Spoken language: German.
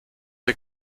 der